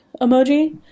emoji